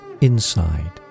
inside